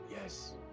Yes